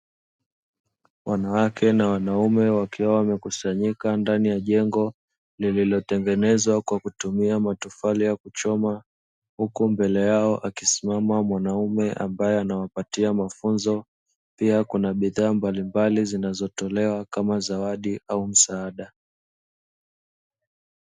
Wanawake na wanaume wakiwa wamekusanyika ndani ya jengo lilo tengenezwa kwa kutumia matofali ya kuchoma, huku mbele yao akisimama mwanaume ambaye anawapatia mafunzo pia kunavifaa mbalimbali kama zawadi au msaada.